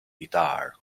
guitar